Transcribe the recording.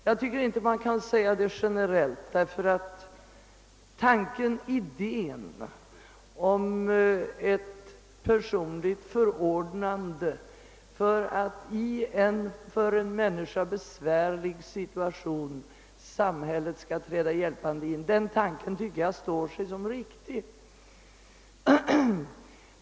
Jag tycker inte man kan säga det så generellt. Tanken på ett personligt förordnande för att samhället skall träda hjälpande in i en för en människa besvärlig situation tycker jag står sig som riktig.